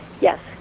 yes